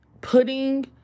putting